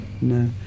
No